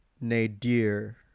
nadir